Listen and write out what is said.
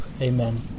Amen